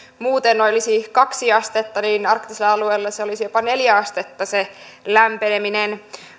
muuten olisi kaksi astetta niin arktisella alueella se olisi jopa neljä astetta se lämpeneminen